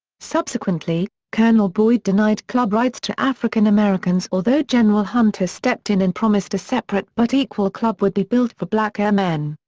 subsequently, colonel boyd denied club rights to african americans although general hunter stepped in and promised a separate but equal club would be built for black airmen.